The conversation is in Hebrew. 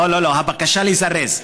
לא לא לא, הבקשה היא לזרז.